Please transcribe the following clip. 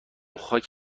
خاک